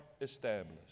established